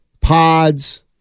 Pods